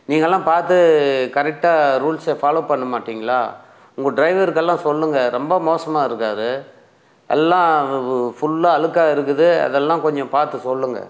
நீங்களெலாம் பார்த்து கரெக்டாக ரூல்ஸை ஃபாலோ பண்ண மாட்டீங்களா உங்கள் டிரைவருக்கெல்லாம் சொல்லுங்கள் ரொம்ப மோசமாக இருக்கார் எல்லாம் ஃபுல்லாக அழுக்காக இருக்குது அதெல்லாம் கொஞ்சம் பார்த்து சொல்லுங்கள்